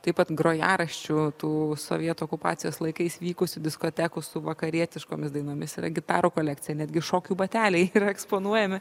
taip pat grojaraščių tų sovietų okupacijos laikais vykusių diskotekų su vakarietiškomis dainomis yra gitarų kolekcija netgi šokių bateliai yra eksponuojami